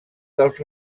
dels